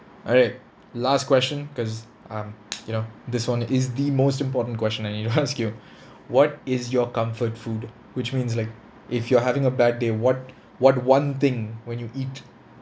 alright last question cause um you know this one is the most important question I need to ask you what is your comfort food which means like if you're having a bad day what what one thing when you eat